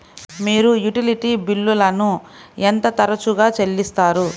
మీరు యుటిలిటీ బిల్లులను ఎంత తరచుగా చెల్లిస్తారు?